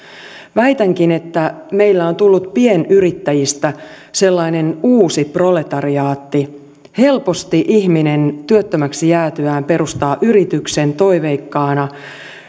väitänkin että meillä on tullut pienyrittäjistä sellainen uusi proletariaatti helposti ihminen työttömäksi jäätyään perustaa yrityksen toiveikkaana